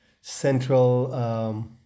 central